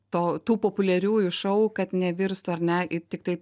to tų populiariųjų šou kad nevirstų ar ne į tiktai